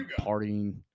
partying